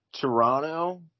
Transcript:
Toronto –